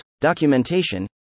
Documentation